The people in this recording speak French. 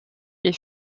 est